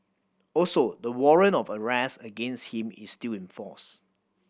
also the warrant of arrest against him is still in force